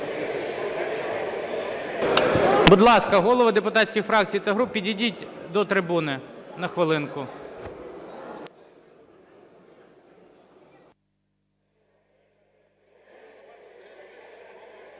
Будь ласка, голови депутатських фракцій та груп підійдіть до трибуни на хвилинку.